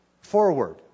forward